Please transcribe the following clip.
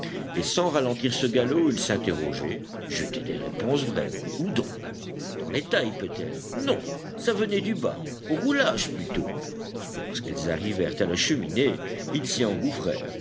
et sans ralentir ce galop ils s'interrogeaient jetaient des réponses brèves où donc dans les tailles peut-être non ça venait du bas au roulage plutôt lorsqu'ils arrivèrent à la cheminée ils s'y engouffrèrent